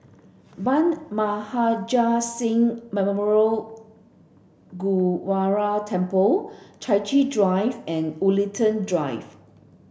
Bhai Maharaj Singh Memorial Gurdwara Temple Chai Chee Drive and Woollerton Drive